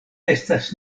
estas